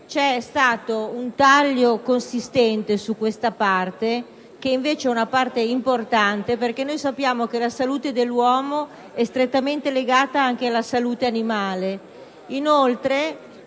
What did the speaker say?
è stato un taglio consistente su questa parte, che è invece importante. Sappiamo che la salute dell'uomo è strettamente legata anche alla salute animale.